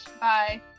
bye